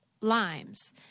limes